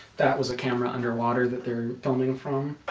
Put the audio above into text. that was a camera underwater that they're filming from